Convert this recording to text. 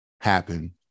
happen